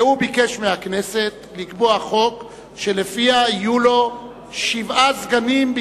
והוא ביקש מהכנסת לקבוע חוק שלפיו יהיו לו שבעה סגנים,